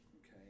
Okay